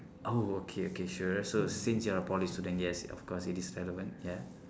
oh okay okay sure so since you are a poly student yes of course it is relevant ya